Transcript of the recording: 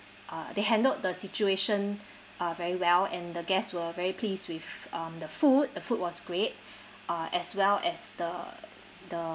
uh they handled the situation uh very well and the guests were very pleased with um the food the food was great uh as well as the the